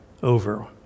over